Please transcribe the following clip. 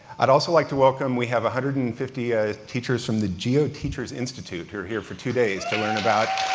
i'd also like to welcome we have one hundred and fifty ah teachers from the geo teacher's institute who are here for two days to learn about